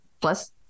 plus